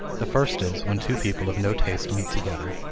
the first is, when two people of no taste meet together,